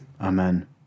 Amen